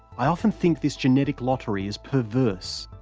i often think this genetic lottery is perverse.